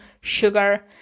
sugar